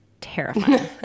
terrifying